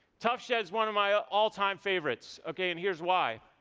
tuff shed is one of my ah all time favorites, okay. and here's why.